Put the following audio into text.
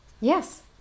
Yes